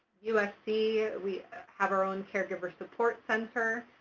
ufc, we have our own caregiver support center,